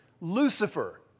Lucifer